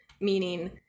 meaning